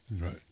Right